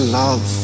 love